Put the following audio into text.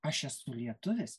aš esu lietuvis